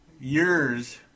Years